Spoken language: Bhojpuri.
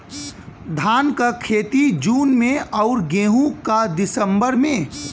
धान क खेती जून में अउर गेहूँ क दिसंबर में?